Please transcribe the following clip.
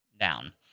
down